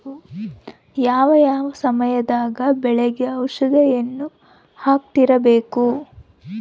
ಯಾವ ಯಾವ ಸಮಯದಾಗ ಬೆಳೆಗೆ ಔಷಧಿಯನ್ನು ಹಾಕ್ತಿರಬೇಕು?